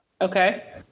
Okay